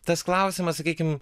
tas klausimas sakykim